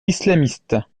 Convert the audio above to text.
islamistes